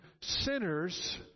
sinners